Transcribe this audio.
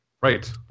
right